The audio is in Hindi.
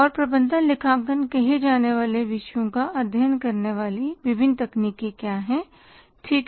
और प्रबंधन लेखांकन कहे जाने वाले विषयों का अध्ययन करने वाली विभिन्न तकनीकें क्या हैं ठीक